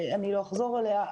אני לא אחזור עליה,